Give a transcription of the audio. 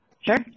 Sure